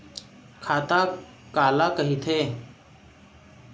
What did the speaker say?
खाता काला कहिथे?